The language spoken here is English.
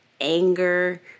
anger